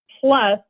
Plus